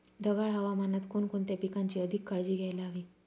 ढगाळ हवामानात कोणकोणत्या पिकांची अधिक काळजी घ्यायला हवी?